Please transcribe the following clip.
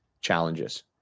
challenges